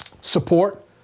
support